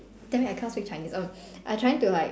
damn it I cannot speak chinese err I trying to like